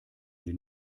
sie